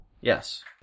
Yes